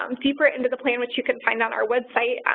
um deeper into the plan, which you can find on our website,